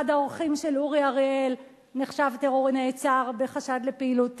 אחד האורחים של אורי אריאל נעצר בחשד לפעילות טרור,